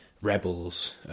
Rebels